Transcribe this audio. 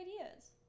ideas